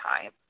time